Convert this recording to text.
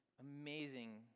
amazing